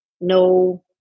no